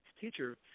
teacher